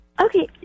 Okay